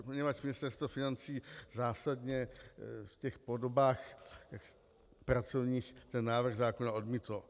Poněvadž Ministerstvo financí zásadně v těch podobách pracovních ten návrh zákona odmítlo.